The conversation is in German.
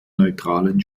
neutralen